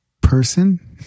person